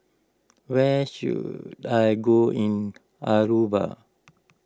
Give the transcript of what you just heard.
where should I go in Aruba